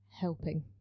helping